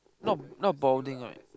not not balding right